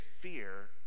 fear